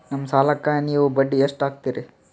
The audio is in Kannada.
ನಮ್ಮ ಸಾಲಕ್ಕ ನೀವು ಬಡ್ಡಿ ಎಷ್ಟು ಹಾಕ್ತಿರಿ?